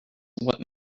what